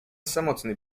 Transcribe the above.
samotny